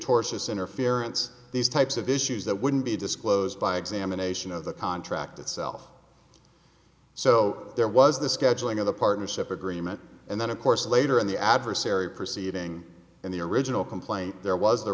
tortious interference these types of issues that wouldn't be disclosed by examination of the contract itself so there was this scheduling of the partnership agreement and then of course later in the adversary proceeding in the original complaint there was the